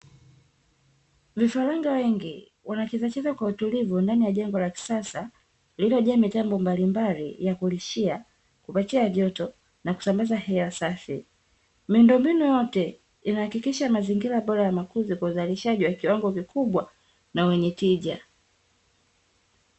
Vifaranga wengi wanachezacheza kwa utulivu ndani ya jengo la kisasa, lililojaa mitambo mbalimbali ya kulishia, kupatia joto na kusambaza hewa safi. Miundombinu yote, inahakikisha mazingira bora ya makuzi kwa uzalishaji wa kiwango kikubwa, na wenye tija.